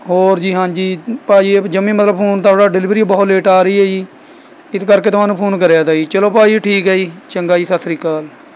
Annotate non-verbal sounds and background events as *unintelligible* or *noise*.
ਹੋਰ ਜੀ ਹਾਂਜੀ ਭਾਅ ਜੀ *unintelligible* ਜਮੀ ਮਤਲਬ ਫੋਨ ਤਾਂ ਤੁਹਾਡਾ ਡਿਲੀਵਰੀ ਹੀ ਬਹੁਤ ਲੇਟ ਆ ਰਹੀ ਹੈ ਜੀ ਇਸ ਕਰਕੇ ਤੁਹਾਨੂੰ ਫੋਨ ਕਰਿਆ ਤਾ ਜੀ ਚਲੋ ਭਾਅ ਜੀ ਠੀਕ ਹੈ ਜੀ ਚੰਗਾ ਜੀ ਸਤਿ ਸ਼੍ਰੀ ਅਕਾਲ